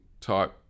type